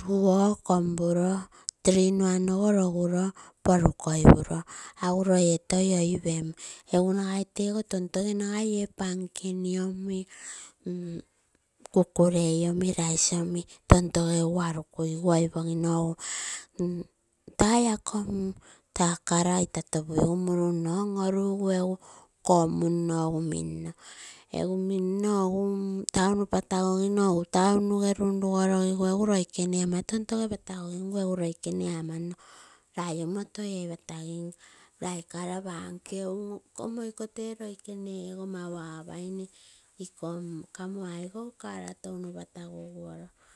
ruogo kompuroo, three in one ogo roguro porukoi puro aguro oi etoi oipem. Egu naigai teego tontoge nagai e pankeni omi kukulei omi rice omi tontogugu arukuigu oipogino. Tai ako taa kara itotopugu muru nno on orugu egu komuno egu minno, egu mino egu town patagogimo egu town nuge nun nungorogigu egu loikene ama ton toge patagogigupigu egu tontoge amano lai omoto ee patagim lai can panke un nkona iko tee loikenego mau apaine ikoo kamo aigo car touno pataguguoro.